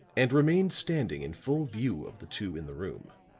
and remained standing in full view, of the two in the room.